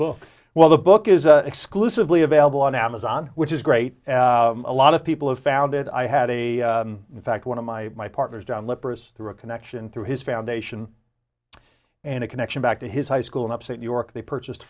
book well the book is an exclusively available on amazon which is great a lot of people have found it i had a in fact one of my my partners down leprous through a connection through his foundation and a connection back to his high school in upstate new york they purchased